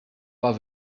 pas